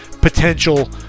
potential